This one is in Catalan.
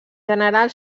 general